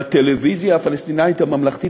בטלוויזיה הפלסטינית הממלכתית,